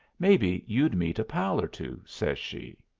maybe you'd meet a pal or two, says she.